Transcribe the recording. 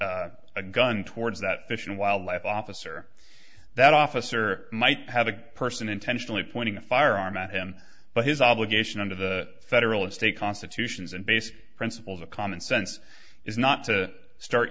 a gun towards that fish and wildlife officer that officer might have a person intentionally pointing a firearm at him but his obligation under the federal and state constitutions and basic principles of common sense is not to start